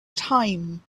time